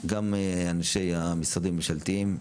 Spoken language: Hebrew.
גם אנשי המשרדים הממשלתיים,